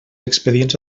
expedients